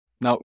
Now